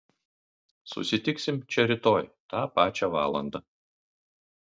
susitiksim čia rytoj tą pačią valandą